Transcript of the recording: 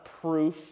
proof